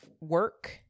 work